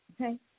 okay